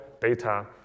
data